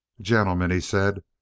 gentlemen, he said,